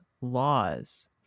laws